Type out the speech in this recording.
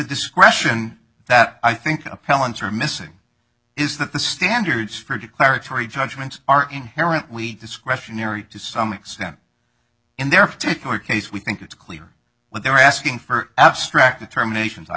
discretion that i think appellants are missing is that the standards for declaratory judgment are inherently discretionary to some extent in their particular case we think it's clear when they're asking for abstract determinations i